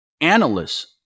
analysts